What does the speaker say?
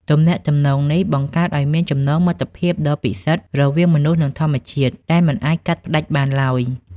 ទំនាក់ទំនងនេះបង្កើតឱ្យមានចំណងមិត្តភាពដ៏ពិសិដ្ឋរវាងមនុស្ស និងធម្មជាតិ ដែលមិនអាចកាត់ផ្តាច់បានឡើយ។